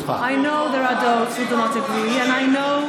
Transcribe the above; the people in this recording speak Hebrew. להגן על העקרונות שהביאו אותנו מהאפר של המלחמה והשואה לשלום ושגשוג.